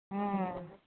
ம்